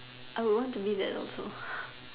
I want to be that also